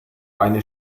eine